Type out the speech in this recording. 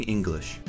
English